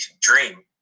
dream